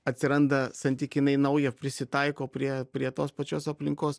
atsiranda santykinai nauja prisitaiko prie prie tos pačios aplinkos